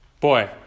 boy